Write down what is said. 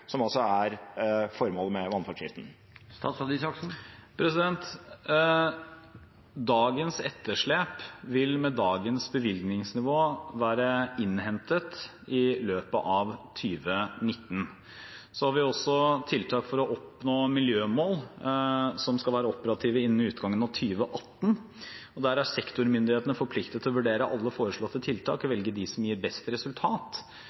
som altså er formålet med vannforskriften? Dagens etterslep vil med dagens bevilgningsnivå være innhentet i løpet av 2019. Så har vi også tiltak for å oppnå miljømål som skal være operative innen utgangen av 2018. Der er sektormyndighetene forpliktet til å vurdere alle foreslåtte tiltak og velge dem som gir best resultat.